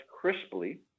crisply